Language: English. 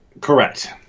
Correct